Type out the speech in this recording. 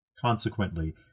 Consequently